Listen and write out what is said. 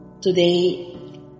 Today